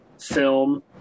film